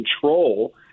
control